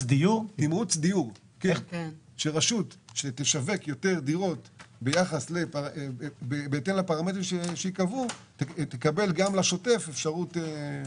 רשות שתשווק יותר דירות ביחס לפרמטרים שייקבעו תקבל גם לשוטף אפשרות,